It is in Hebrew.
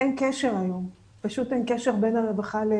אין קשר היום, פשוט אין קשר, בין הרווחה.